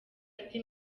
ati